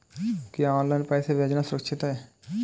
क्या ऑनलाइन पैसे भेजना सुरक्षित है?